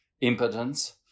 Impotence